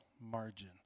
margin